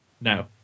No